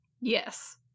Yes